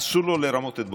אסור לו לרמות את בוחריו.